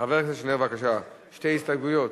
חבר הכנסת שנלר, בבקשה, שתי הסתייגויות.